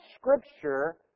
Scripture